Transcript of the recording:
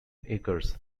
acres